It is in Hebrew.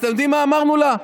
אז אתם יודעים מה אמרנו לה?